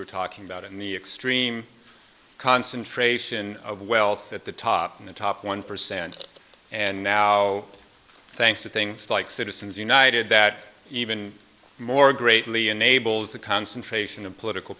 were talking about in the extreme concentration of wealth at the top and the top one percent and now thanks to things like citizens united that even more greatly enables the concentration of political